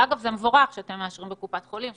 אגב, זה מבורך שאתם מאשרים בקופות חולים.